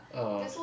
ah